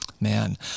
Man